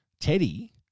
Teddy